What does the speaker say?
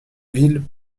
ville